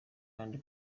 kandi